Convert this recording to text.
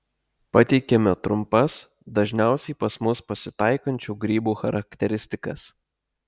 pateikiame trumpas dažniausiai pas mus pasitaikančių grybų charakteristikas